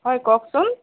হয় কওকচোন